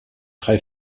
drei